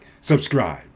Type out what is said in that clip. subscribe